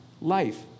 life